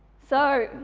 so,